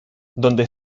donde